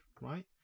right